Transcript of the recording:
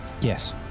Yes